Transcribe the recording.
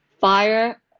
fire